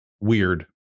weird